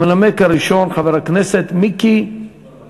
המנמק הראשון, חבר הכנסת מיקי